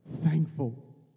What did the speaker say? thankful